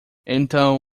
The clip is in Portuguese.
então